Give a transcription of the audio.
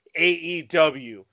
AEW